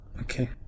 Okay